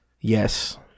yes